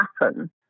happen